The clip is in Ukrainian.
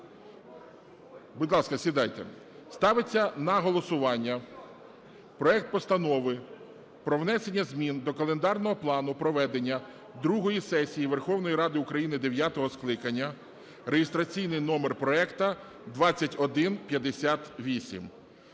Ставиться на голосування проект Постанови про внесення змін до календарного плану проведення другої сесії Верховної Ради України дев'ятого скликання (реєстраційний номер проекту 2158).